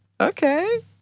okay